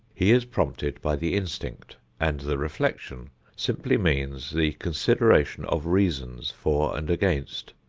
he is prompted by the instinct, and the reflection simply means the consideration of reasons for and against,